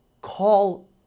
call